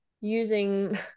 using